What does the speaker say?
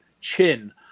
chin